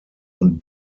und